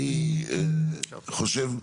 אני חושב,